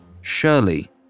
Shirley